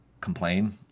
complain